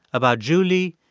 about julie,